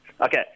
Okay